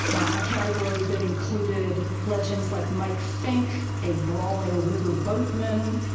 a category that included legends like mike fink, a brawling riverboatman,